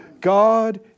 God